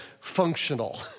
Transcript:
functional